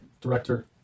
director